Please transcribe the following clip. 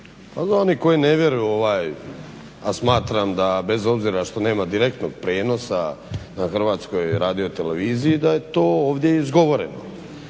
Ali oni koji ne vjeruju a smatram da bez obzira što nema direktnog prijenosa na HRT-u da je to ovdje izgovoreno,